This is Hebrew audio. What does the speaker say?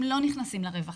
הם לא נכנסים לרווחה,